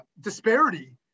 disparity